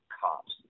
Cops